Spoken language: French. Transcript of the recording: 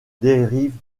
dérive